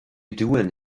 doing